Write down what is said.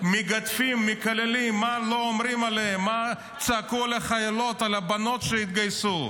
ומגנים --- אנחנו אלו שגייסנו אותם.